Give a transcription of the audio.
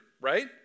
right